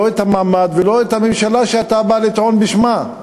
לא את המעמד ולא את הממשלה שאתה בא לטעון בשמה.